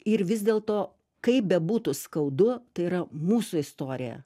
ir vis dėlto kaip bebūtų skaudu tai yra mūsų istorija